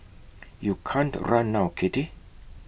you can't run now kitty